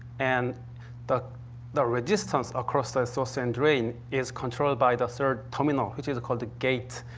and the the resistance across the source and drain is controlled by the third terminal, which is called a gate.